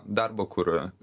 darbo kur